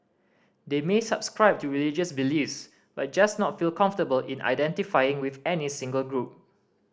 they may subscribe to religious beliefs but just not feel comfortable in identifying with any single group